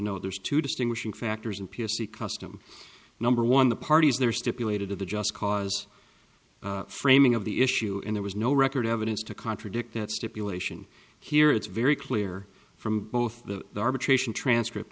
know there's two distinguishing factors in p s e custom number one the parties there stipulated to the just cause framing of the issue and there was no record evidence to contradict that stipulation here it's very clear from both the arbitration transcript